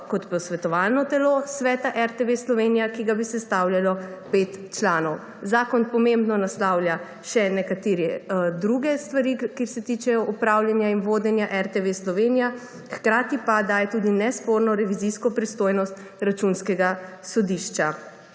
kot posvetovalno telo Sveta RTV Slovenija, ki ga bi sestavljalo 5 članov. Zakon pomembno naslavlja še nekatere druge stvari, ki se tičejo upravljanja in vodenja RTV Slovenija, hkrati pa daje tudi nesporno revizijsko pristojnost Računskega sodišča.